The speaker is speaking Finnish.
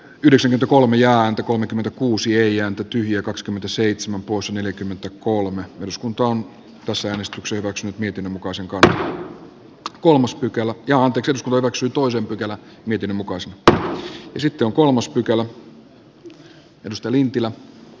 joselito kolme ja häntä kolmekymmentäkuusi ei ääntä tyhjä kakskymmentä seitsemän kuusi neljäkymmentäkolme mika lintilä on kansanäänestyksen vuoksi mietin voisinko kolmas pykälä ja anteeksi murroksen toisen esko kivirannan kannattamana ehdottanut että pykälä hyväksytään vastalauseen mukaisena